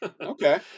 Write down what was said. okay